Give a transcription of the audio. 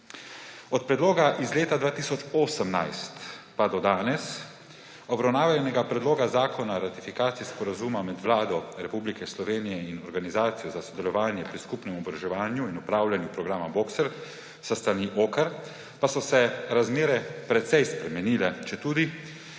Od predloga iz leta 2018 pa do danes obravnavanega Predloga zakona o ratifikaciji Sporazuma med Vlado Republike Slovenije in Organizacijo za sodelovanje pri skupnem oboroževanju o upravljanju programa Boxer s strani OCCAR pa so se razmere precej spremenile, četudi